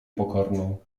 pokorną